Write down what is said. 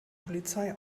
polizei